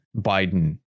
Biden